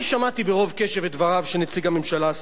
אני שמעתי ברוב קשב את דבריו של נציג הממשלה,